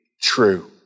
true